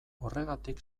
horregatik